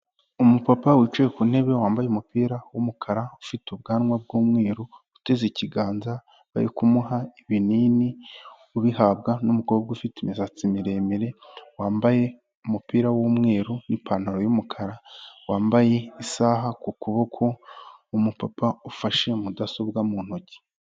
Umupapa wicaye ku ntebe wambaye umupira w'umukara ufite ubwanwa bw'umweru, uteze ikiganza barikumuha ibinini ubihabwa n'umukobwa ufite imisatsi miremire wambaye umupira w'umweru n'ipantaro y'umukara, wambaye isaha ku kuboko. Umupapa ufashe mudasobwa mu ntoki.